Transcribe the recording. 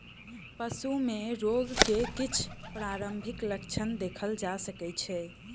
पशु में रोग के किछ प्रारंभिक लक्षण देखल जा सकै छै